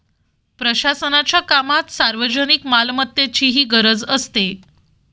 प्रशासनाच्या कामात सार्वजनिक मालमत्तेचीही गरज असते